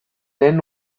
lehen